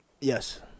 yes